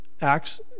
Acts